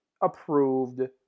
approved